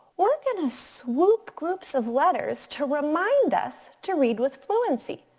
we're gonna swoop groups of letters to remind us to read with fluency.